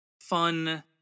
fun